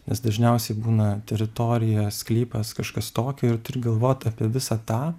nes dažniausiai būna teritorija sklypas kažkas tokio ir turi galvot apie visą tą